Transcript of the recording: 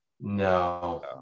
No